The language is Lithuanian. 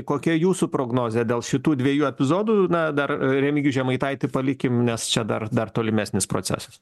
kokia jūsų prognozė dėl šitų dviejų epizodų na dar remigijų žemaitaitį palikim nes čia dar dar tolimesnis procesas